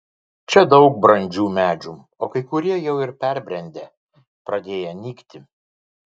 čia daug brandžių medžių o kai kurie jau ir perbrendę pradėję nykti